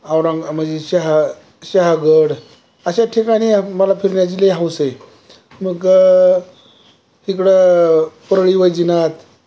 औरंगा म्हणजे शहा शहागड अशा ठिकाणी मला फिरायची लय हौस आहे मग इकडं परळी वैजनाथ